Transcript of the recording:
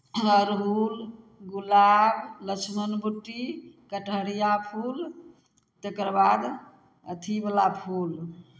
अड़हुल गुलाब लक्षमण बुट्टी कटहरिया फूल तकर बाद अथिवला फूल